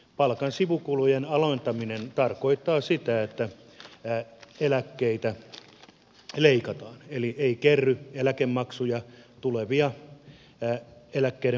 palkan sivukulujen alentaminen tarkoittaa sitä että eläkkeitä leikataan eli ei kerry eläkemaksuja tulevien eläkkeiden maksamista varten